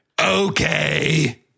Okay